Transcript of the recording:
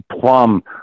plum